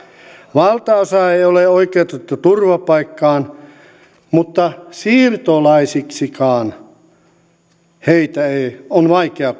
valtaosa ei ole oikeutettu turvapaikkaan mutta siirtolaisiksikaan heitä on vaikea